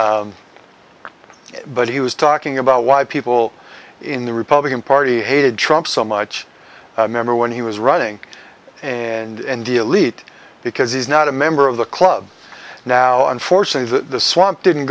but he was talking about why people in the republican party hated trump so much remember when he was running and delete because he's not a member of the club now unfortunately the swamp didn't